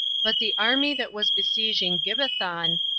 but the army that was besieging gibbethon,